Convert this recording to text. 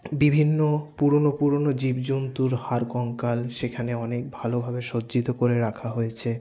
বিভিন্ন পুরনো পুরনো জীব জন্তুর হাড় কঙ্কাল সেখানে অনেক ভালোভাবে সজ্জিত করে রাখা হয়েছে